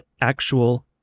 actual